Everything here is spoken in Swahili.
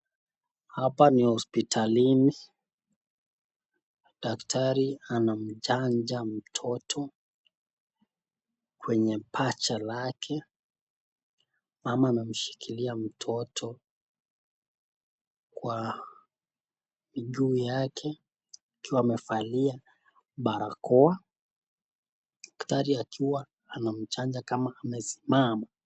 Hapa ni hospitalini, daktari anamchanja mtoto kwenye pacha lake mama anamshikilia mtoto kwa juu yake akiwa amevalia barakoa, daktari akiwa anamchanja kama amesimama.